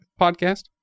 podcast